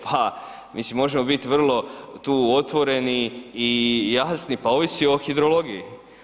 Pa, mislim možemo biti vrlo tu otvoreni i jasni, pa ovisi o hidrologiji.